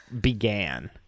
began